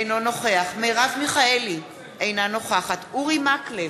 אינו נוכח מרב מיכאלי, אינה נוכחת אורי מקלב,